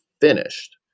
finished